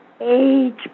age